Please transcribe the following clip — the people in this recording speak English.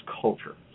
culture